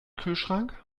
kühlschrank